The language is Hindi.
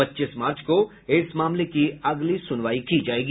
पच्चीस मार्च को इस मामले की अगली सुनवाई की जायेगी